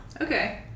Okay